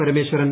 Parameswaran